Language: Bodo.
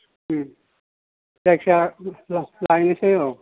उम जायखिया र' लायनोसै औ